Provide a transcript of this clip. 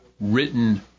written